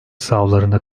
savlarını